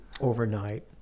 overnight